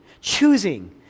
choosing